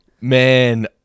Man